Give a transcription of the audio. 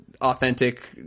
authentic